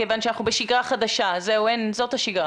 כיוון שאנחנו בשגרה חדשה, זהו, זאת השגרה.